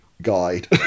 guide